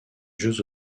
jeux